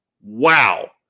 Wow